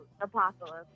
apocalypse